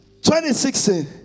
2016